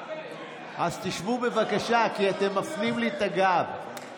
אז תשבו, בבקשה, כי אתם מפנים לי את הגב.